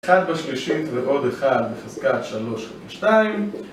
אחד בשלישית ועוד אחד בחזקת שלוש אפס שתיים